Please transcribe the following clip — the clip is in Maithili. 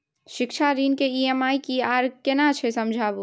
शिक्षा ऋण के ई.एम.आई की आर केना छै समझाबू?